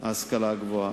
המועצה להשכלה הגבוהה.